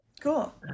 Cool